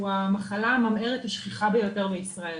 היא המחלה הממהרת השכיחה ביותר בישראל.